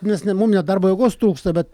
nes ne mum ne darbo jėgos trūksta bet